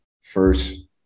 First